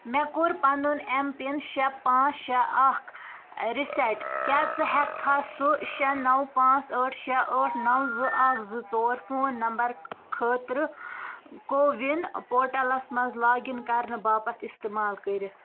مےٚ کوٚر پَنُن ایم پِن شےٚ پانٛژھ شےٚ اَکھ رِسیٹ کیٛاہ ژٕ ہیٚککھا سُہ شےٚ نَو پانٛژھ ٲٹھ شےٚ ٲٹھ نَو زٕ اَکھ زٕ ژور فون نمبر خٲطرٕ کووِن پورٹلس مَنٛز لاگ اِن کرنہٕ باپتھ استعمال کٔرِتھ